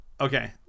Okay